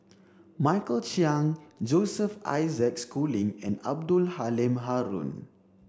Michael Chiang Joseph Isaac Schooling and Abdul Halim Haron